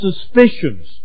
suspicions